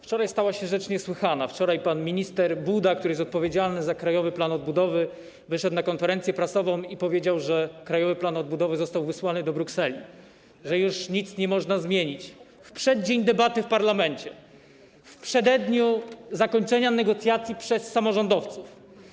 Wczoraj stała się rzecz niesłychana, wczoraj pan minister Buda, który jest odpowiedzialny za Krajowy Plan Odbudowy, wyszedł na konferencję prasową i powiedział, że Krajowy Plan Odbudowy został wysłany do Brukseli, że już nic nie można zmienić - w przeddzień debaty w parlamencie, w przededniu zakończenia negocjacji przez samorządowców.